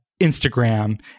Instagram